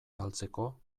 galtzeko